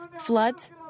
Floods